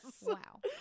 Wow